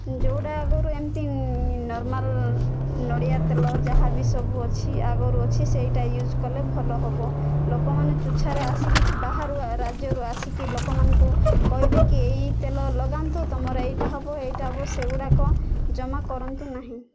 ଯୋଉଟା ଆଗରୁ ଏମିତି ନର୍ମାଲ୍ ନଡ଼ିଆ ତେଲ ଯାହା ବିି ସବୁ ଅଛି ଆଗରୁ ଅଛି ସେଇଟା ୟୁଜ୍ କଲେ ଭଲ ହବ ଲୋକମାନେ ତୁଚ୍ଛାରେ ଆସିକି ବାହାରୁ ରାଜ୍ୟରୁ ଆସିକି ଲୋକମାନଙ୍କୁ କହିବେ କି ଏଇ ତେଲ ଲଗାନ୍ତୁ ତୁମର ଏଇଟା ହବ ଏଇଟା ହବ ସେଗୁଡ଼ାକ ଜମା କରନ୍ତୁ ନାହିଁ